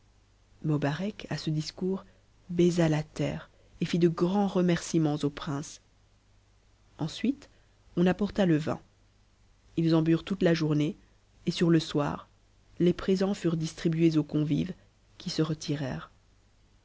blobarec à ce discours baisa la terre et fit de grands remerciements au princf ensuite on apporta e vin ils en burent toute la journée et sur e soir les présents turent distribués aux convives qui se retirèrent